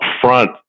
front